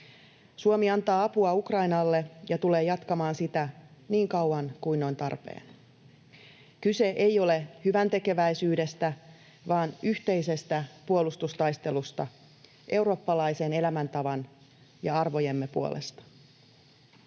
Suomi antaa apua Ukrainalle ja tulee jatkamaan sitä niin kauan kun on tarpeen. Kyse ei ole hyväntekeväisyydestä vaan yhteisestä puolustustaistelusta eurooppalaisen elämäntavan ja arvojemme puolesta.